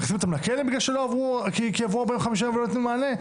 מכניסים אותם לכלא כי עברו 45 יום והם לא נתנו מענה?